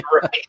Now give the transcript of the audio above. right